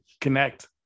connect